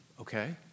Okay